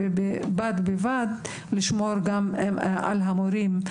ובד-בבד לשמור גם על המורים.